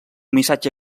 missatge